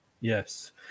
Yes